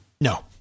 No